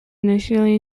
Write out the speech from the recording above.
initially